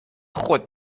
خود